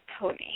pony